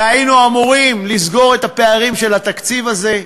והיינו אמורים לסגור את הפערים של התקציב הזה,